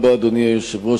אדוני היושב-ראש,